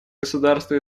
государства